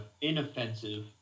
inoffensive